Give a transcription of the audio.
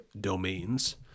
domains